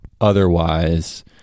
otherwise